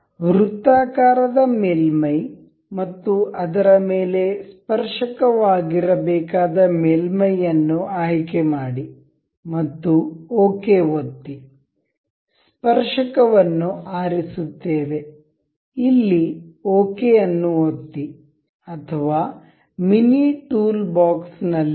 ವೃತ್ತಾಕಾರದ ಮೇಲ್ಮೈ ಮತ್ತು ಅದರ ಮೇಲೆ ಸ್ಪರ್ಶಕವಾಗಿರಬೇಕಾದ ಮೇಲ್ಮೈಯನ್ನು ಆಯ್ಕೆ ಮಾಡಿ ಮತ್ತು ಓಕೆ ಒತ್ತಿ ಸ್ಪರ್ಶಕ ವನ್ನು ಆರಿಸುತ್ತೇವೆ ಇಲ್ಲಿ ಓಕೆ ಅನ್ನು ಒತ್ತಿ ಅಥವಾ ಮಿನಿ ಟೂಲ್ಬಾಕ್ಸ್ನಲ್ಲಿ ಒತ್ತಿ